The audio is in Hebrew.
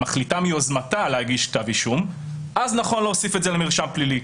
מחליטה מיוזמתה להגיש כתב אישום אז נכון להוסיף את זה למרשם הפלילי.